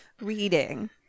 reading